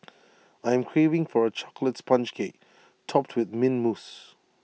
I am craving for A Chocolate Sponge Cake Topped with Mint Mousse